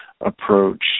approach